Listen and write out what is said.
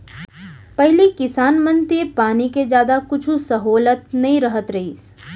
पहिली किसान मन तीर पानी के जादा कुछु सहोलत नइ रहत रहिस